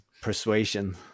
persuasion